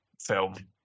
film